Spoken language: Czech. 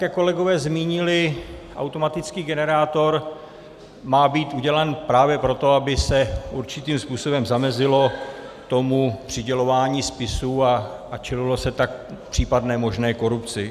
Jak kolegové zmínili, automatický generátor má být udělán právě proto, aby se určitým způsobem zamezilo přidělování spisů a čelilo se tak případné možné korupci.